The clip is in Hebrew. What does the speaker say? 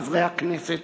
חברי הכנסת,